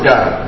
God